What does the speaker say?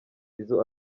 izo